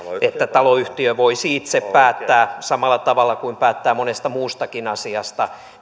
että taloyhtiö voisi itse päättää sen samalla tavalla kuin päättää monesta muustakin asiasta